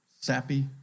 Sappy